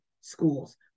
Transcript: schools